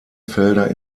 felder